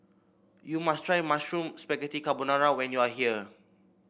you must try Mushroom Spaghetti Carbonara when you are here